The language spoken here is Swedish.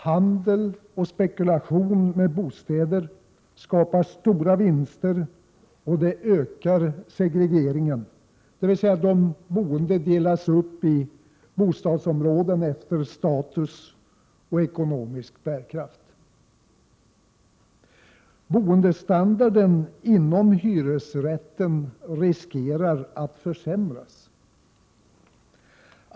Handel och spekulation med bostäder skapar stora vinster och ökar segregeringen, dvs. att de boende delas upp i bostadsområden efter status och ekonomisk bärkraft. Boendestandarden inom hyresrätten riskerar att försämras.